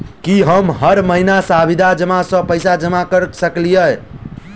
की हम हर महीना सावधि जमा सँ पैसा जमा करऽ सकलिये?